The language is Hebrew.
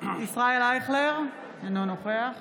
ישראל אייכלר, אינו נוכח